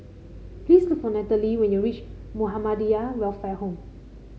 please look for Nataly when you reach Muhammadiyah Welfare Home